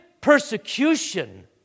persecution